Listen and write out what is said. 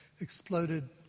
exploded